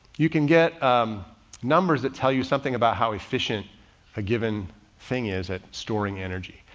you can get numbers that tell you something about how efficient a given thing is at storing energy.